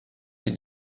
les